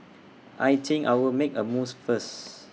I think I will make A mousse first